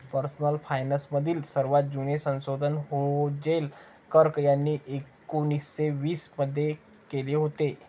personal finance मधील सर्वात जुने संशोधन हेझेल कर्क यांनी एकोन्निस्से वीस मध्ये केले होते